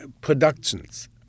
productions